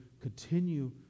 continue